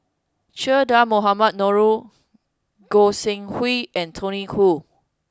Che Dah Mohamed Noor Goi Seng Hui and Tony Khoo